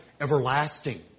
everlasting